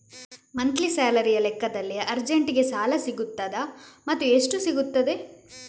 Monthly ಸ್ಯಾಲರಿಯ ಲೆಕ್ಕದಲ್ಲಿ ಅರ್ಜೆಂಟಿಗೆ ಸಾಲ ಸಿಗುತ್ತದಾ ಮತ್ತುಎಷ್ಟು ಸಿಗುತ್ತದೆ?